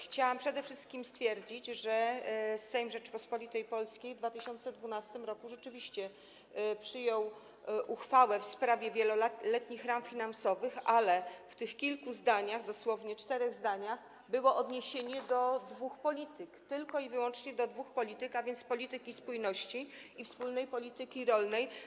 Chciałam przede wszystkim stwierdzić, że Sejm Rzeczypospolitej Polskiej w 2012 r. rzeczywiście przyjął uchwałę w sprawie wieloletnich ram finansowych, ale w tych kilku zdaniach, dosłownie czterech zdaniach, było odniesienie do dwóch polityk, tylko i wyłącznie do dwóch polityk: polityki spójności i wspólnej polityki rolnej.